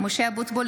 (קוראת בשמות חברי הכנסת) משה אבוטבול,